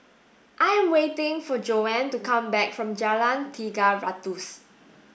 I am waiting for Joanne to come back from Jalan Tiga Ratus